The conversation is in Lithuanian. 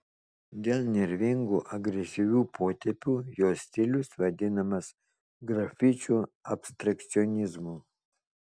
dėl nervingų agresyvių potėpių jo stilius vadinamas grafičių abstrakcionizmu